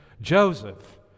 Joseph